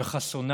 וחסונה